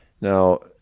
Now